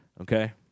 Okay